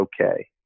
okay